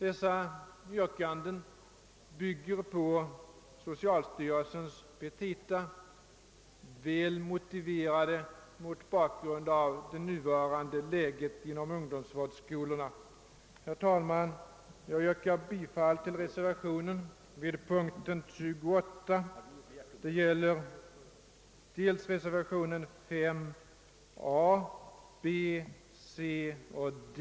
Dessa yrkanden bygger på socialstyrelsens petita, väl motiverade mot bakgrund av det nuvarande läget inom ungdomsvårdsskolorna. Herr talman! Jag yrkar bifall till reservationerna vid punkten 38, alltså reservationerna 5 a, b, c och d.